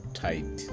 tight